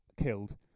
killed